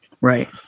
right